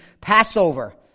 Passover